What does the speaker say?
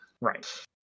Right